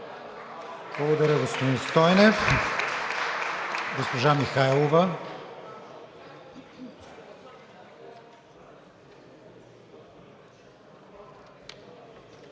Благодаря, господин Стойнев. Госпожа Михайлова.